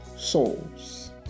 Souls